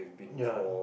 ya